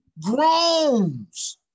groans